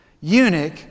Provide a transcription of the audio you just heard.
eunuch